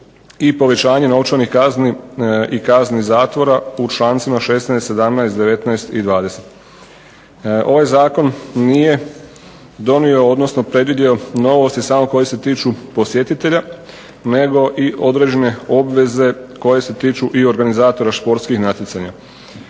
i povećanje novčanih kazni i kazni zatvora u člancima 16., 17., 19. i 20. Ovaj zakon nije donio odnosno predvidio novosti samo koje se tiču posjetitelja nego i određene obveze koje se tiču i organizatora športskih natjecanja.